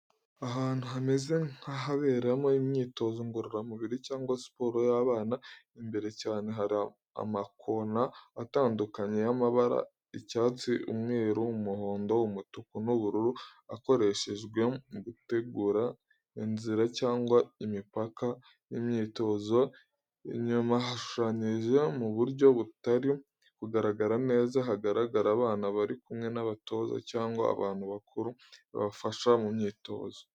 Ahantu hameze nk’ahaberamo imyitozo ngororamubiri cyangwa siporo y’abana. Imbere cyane, hari amakona atandukanye y’amabara: icyatsi, umweru, umuhondo, umutuku, n’ubururu, akoreshejwe mu gutegura inzira cyangwa imipaka y’imyitozo. Inyuma, hashushanyije mu buryo butari kugaragara neza, hagaragara abana bari kumwe n’abatoza cyangwa abantu bakuru babafasha mu myitozo.